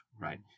right